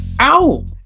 Ow